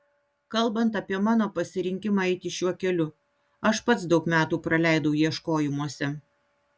kalbant apie mano pasirinkimą eiti šiuo keliu aš pats daug metų praleidau ieškojimuose